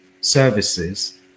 services